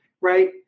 right